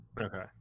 Okay